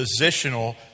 positional